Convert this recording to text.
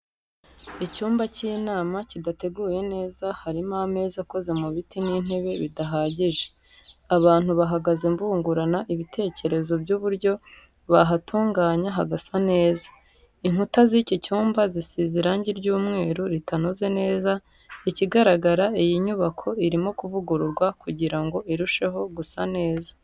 Icyumba cy'imana kidateguye neza, harimo ameza akoze mu biti n'intebe bidahagije. Abantu bahagaze bungurana ibitekerezo by'uburyo bahatunganya hagasa neza. Inkuta z'iki cyumba zisize irangi ry'umweru ritanoze neza, ikigaragara iyi nyubako irimo kuvugururwa kugira ngo irusheho gusa neza.